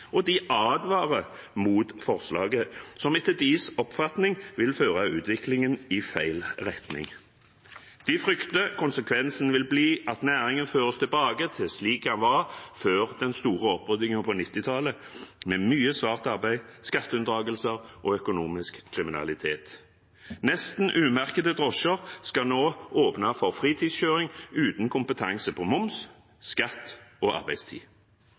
og de advarer mot forslaget, som etter deres oppfatning vil føre utviklingen i feil retning. De frykter at konsekvensen vil bli at næringen føres tilbake til slik den var før den store oppryddingen på 1990-tallet, med mye svart arbeid, skatteunndragelser og økonomisk kriminalitet. Nesten umerkede drosjer skal nå åpne for fritidskjøring, uten kompetanse på moms, skatt og arbeidstid.